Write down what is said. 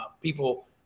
people